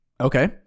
Okay